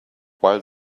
while